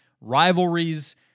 rivalries